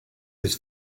was